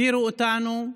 הדירו אותנו,